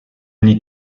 n’y